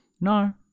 no